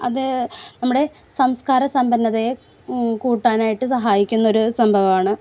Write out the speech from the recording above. അത് നമ്മുടെ സംസ്കാര സമ്പന്നതയെ കൂട്ടാനായിട്ട് സഹായിക്കുന്ന ഒരു സംഭവമാണ്